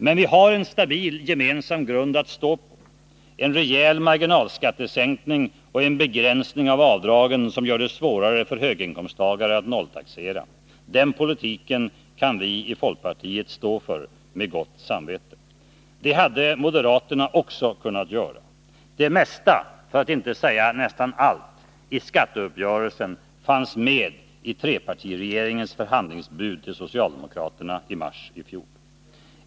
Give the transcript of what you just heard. Men vi har en stabil gemensam grund att stå på: en rejäl marginalskattesänkning och en begränsning av avdragen, som gör det svårare för höginkomsttagare att nolltaxera. Den politiken kan vi i folkpartiet stå för med gott samvete. Det hade moderaterna också kunnat göra. Det mesta, för att inte säga nästan allt, i skatteuppgörelsen fanns med i trepartiregeringens förhandlingsbud till socialdemokraterna i mars i fjol.